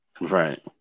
Right